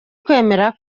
kwemera